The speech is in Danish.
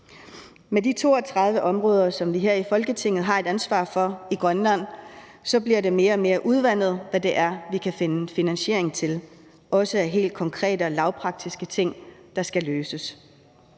Med de 32 områder, som vi her i Folketinget har et ansvar for i Grønland, bliver det mere og mere udvandet, hvad det er, vi kan finde finansiering til, også af helt konkrete og lavpraktiske ting, der skal løses.